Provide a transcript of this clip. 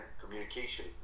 communication